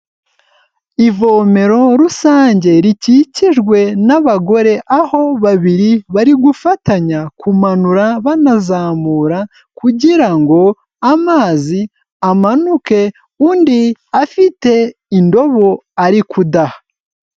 Ivomero rusange rikikijwe n'abagore, aho babiri bari gufatanya kumanura banazamura kugira ngo amazi amanuke, undi afite indobo ari kudaha.